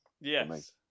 Yes